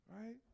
right